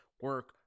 Work